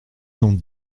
cent